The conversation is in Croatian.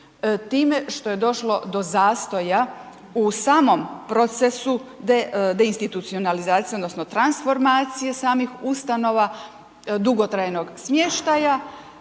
time što je došlo do zastoja u samom procesu deinstitucionalizacije odnosno transformacije samih ustanova, dugotrajnog smještaja,